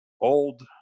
old